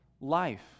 life